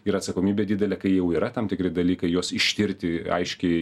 ir atsakomybė didelė kai jau yra tam tikri dalykai juos ištirti aiškiai